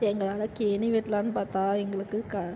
எங்களால் கேணி வெட்லாம்ன்னு பார்த்தா எங்களுக்கு க